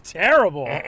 terrible